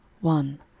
one